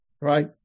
right